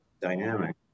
dynamic